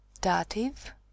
dative